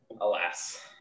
alas